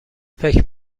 فکر